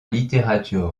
littérature